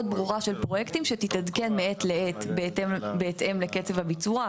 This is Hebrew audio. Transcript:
ברורה של פרויקטים שתתעדכן מעת לעת בהתאם לקצב הביצוע.